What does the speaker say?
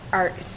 art